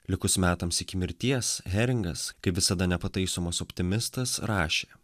likus metams iki mirties heringas kaip visada nepataisomas optimistas rašė